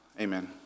Amen